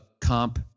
Comp